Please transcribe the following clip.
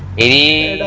any